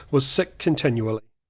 was sick continually.